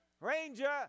Ranger